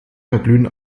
verglühen